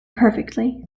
perfectly